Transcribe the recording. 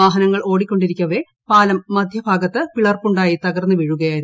വാഹനങ്ങൾ ഓടിക്കൊണ്ടിരിക്കവെ പാലം മധ്യമാഗത്ത് പിളർപ്പുണ്ടായി തകർന്ന് വീഴുകയായിരുന്നു